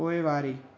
पोइवारी